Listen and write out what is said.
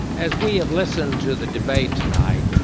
as we have listened to the debate tonight,